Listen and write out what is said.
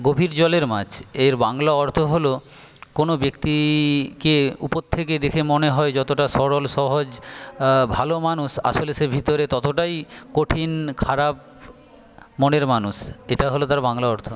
গভীর জলের মাছ এর বাংলা অর্থ হল কোনো ব্যক্তিকে উপর থেকে দেখে মনে হয় যতটা সরল সহজ ভালো মানুষ আসলে সে ভিতরে ততটাই কঠিন খারাপ মনের মানুষ এটা হল তার বাংলা অর্থ